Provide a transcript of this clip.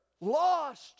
lost